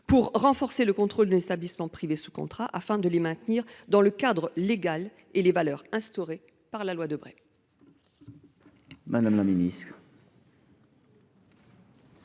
pour renforcer le contrôle des établissements privés sous contrat, afin de les maintenir dans le cadre légal et les valeurs instaurées par la loi Debré.